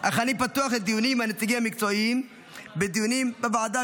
אך אני פתוח לדיונים עם הנציגים המקצועיים בדיונים בוועדה,